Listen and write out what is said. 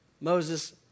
Moses